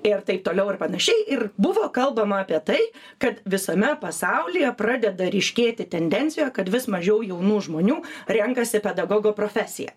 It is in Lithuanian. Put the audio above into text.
ir taip toliau ir panašiai ir buvo kalbama apie tai kad visame pasaulyje pradeda ryškėti tendencija kad vis mažiau jaunų žmonių renkasi pedagogo profesiją